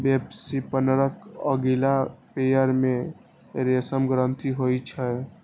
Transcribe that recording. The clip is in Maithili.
वेबस्पिनरक अगिला पयर मे रेशम ग्रंथि होइ छै